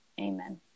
Amen